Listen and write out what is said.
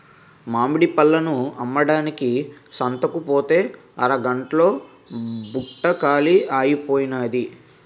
మామిడి పళ్ళను అమ్మడానికి సంతకుపోతే అరగంట్లో బుట్ట కాలీ అయిపోనాది